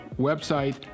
website